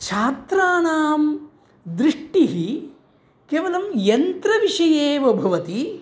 छात्राणां दृष्टिः केवलं यन्त्रविषयेव भवति